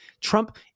Trump